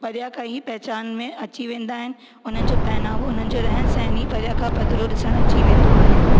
परियां खां ई पहचान अची वेंदा आहिनि उन जो पहनावो उन्हनि जो रहन सहन ई परियां खां पधिरो ॾिसणु अची वेंदो आहे